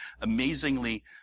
amazingly